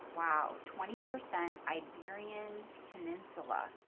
wow, twenty percent iberian peninsula.